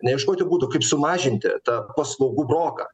ne ieškoti būdų kaip sumažinti tą paslaugų broką